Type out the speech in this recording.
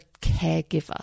caregiver